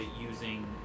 using